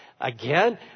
again